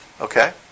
Okay